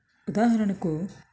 ఉదాహరణకు